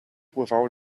without